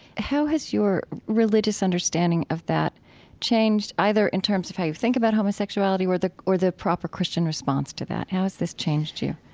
how has your religious understanding of that change either in terms of how you think about homosexuality or the or the proper christian response to that? how has this changed you?